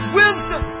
wisdom